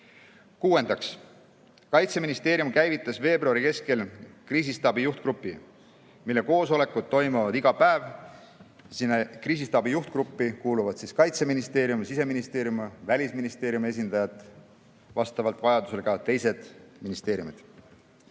Kuuendaks. Kaitseministeerium käivitas veebruari keskel kriisistaabi juhtgrupi, mille koosolekud toimuvad iga päev. Sellesse kriisistaabi juhtgruppi kuuluvad Kaitseministeeriumi, Siseministeeriumi ja Välisministeeriumi esindajad, vastavalt vajadusele ka teised ministeeriumid.